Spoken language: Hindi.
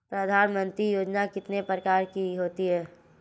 प्रधानमंत्री योजना कितने प्रकार की होती है?